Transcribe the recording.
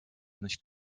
nicht